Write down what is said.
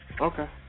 Okay